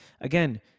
Again